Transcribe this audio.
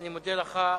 אני מודה לך.